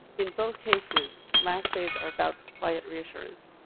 in both cases, last days are about quiet reassurance.